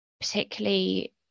particularly